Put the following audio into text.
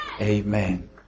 Amen